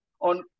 on